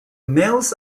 males